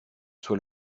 soit